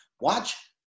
Watch